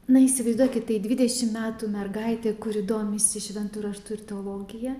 na įsivaizduokit tai dvidešim metų mergaitė kuri domisi šventu raštu ir teologija